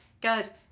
guys